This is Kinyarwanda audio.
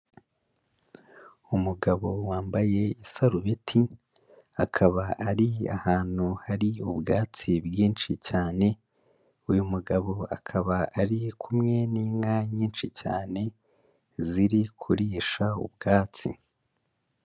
Umugabo wambaye isarubeti, akaba ari ahantu hari ubwatsi bwinshi cyane, uyu mugabo akaba ari kumwe n'inka nyinshi cyane, ziri kurisha ubwatsi.